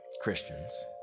Christians